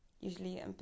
Usually